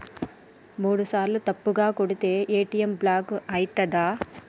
మూడుసార్ల తప్పుగా కొడితే ఏ.టి.ఎమ్ బ్లాక్ ఐతదా?